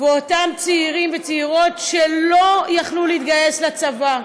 ואותם צעירים וצעירות שלא יכלו להתגייס לצבא,